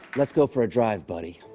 let's go for a drive, buddy.